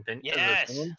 Yes